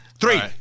Three